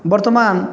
ବର୍ତ୍ତମାନ